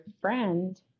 friend